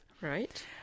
Right